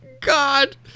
god